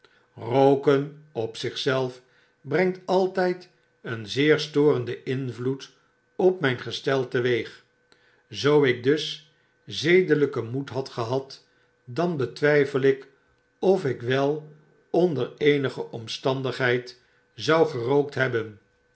rooken op zich zelf brengt altyd een zeer storenden invloed op myn gestel teweeg zoo ik dus zedelpen moed had gehad dan betwyfel ik of ik wel onder eenige omstandigheid zou gerookt hebben